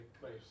place